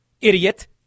Idiot